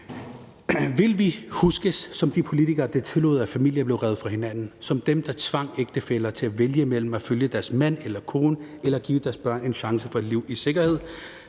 Vil vi huskes som de politikere, der tillod, at familier blev revet fra hinanden – som dem, der tvang ægtefæller til at vælge imellem at følge deres mand eller kone eller give deres børn en chance for et liv i sikkerhed?